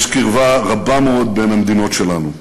יש קרבה רבה מאוד בין המדינות שלנו,